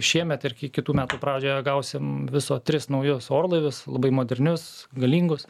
šiemet ir kitų metų pradžioje gausim viso tris naujus orlaivius labai modernius galingus